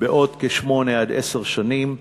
בעוד כשמונה עד עשר שנים,